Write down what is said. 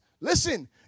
listen